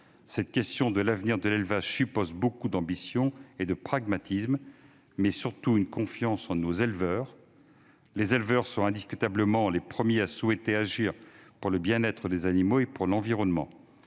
La question de l'avenir de l'élevage suppose beaucoup d'ambition et de pragmatisme, mais aussi et surtout de confiance en nos éleveurs, qui sont indiscutablement les premiers à souhaiter agir pour le bien-être des animaux et pour l'environnement.